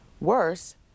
Worse